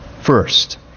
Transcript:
first